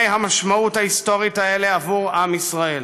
המשמעות ההיסטורית האלה עבור עם ישראל.